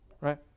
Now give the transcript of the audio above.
right